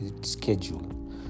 schedule